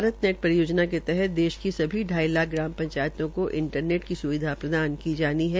भारतनेट परियोजना के तहत देश की सभी ढाई लाख ग्राम पंचायतों को इंटननेट की स्विधा प्रदान की जानी है